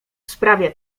sprawie